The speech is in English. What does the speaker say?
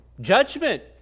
Judgment